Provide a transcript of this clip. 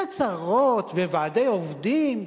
זה צרות וועדי עובדים.